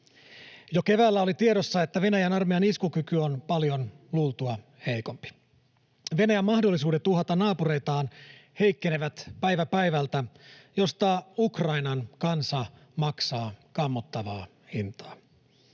Jo keväällä oli tiedossa, että Venäjän armeijan iskukyky on paljon luultua heikompi. Venäjän mahdollisuudet uhata naapureitaan heikkenevät päivä päivältä, mistä Ukrainan kansa maksaa kammottavaa hintaa.